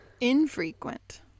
Infrequent